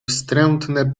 wstrętne